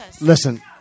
Listen